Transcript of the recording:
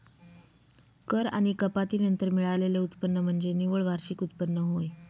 कर आणि कपाती नंतर मिळालेले उत्पन्न म्हणजे निव्वळ वार्षिक उत्पन्न होय